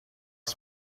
ask